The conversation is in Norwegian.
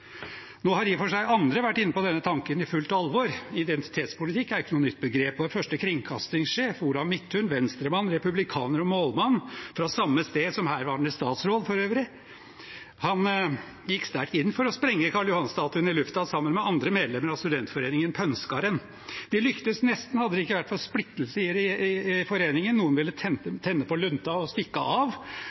Nå har i og for seg andre vært inne på denne tanken i fullt alvor. Identitetspolitikk er ikke noe nytt begrep. Vår første kringkastingssjef, Olav Midttun, Venstre-mann, republikaner og målmann, fra samme sted som herværende statsråd for øvrig, gikk sterkt inn for å sprenge Karl Johan-statuen i luften sammen med andre medlemmer av studentforeningen Pønskaren. De lyktes nesten – hadde det ikke vært for splittelse i foreningen. Noen ville tenne på lunten og stikke av,